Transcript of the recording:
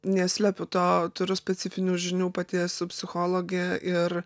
neslepiu to turiu specifinių žinių pati esu psichologė ir